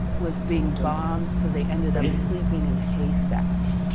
was being bombed, so they ended up sleeping in haystacks.